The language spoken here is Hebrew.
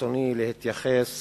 ברצוני להתייחס